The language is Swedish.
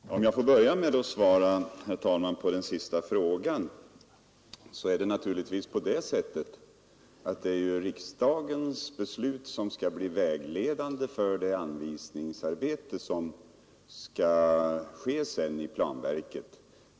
Herr talman! Om jag får börja med att svara på den sista frågan vill jag säga, att det naturligtvis är så att riksdagens beslut skall bli vägledande för det anvisningsarbete som sedan skall bedrivas i planverket.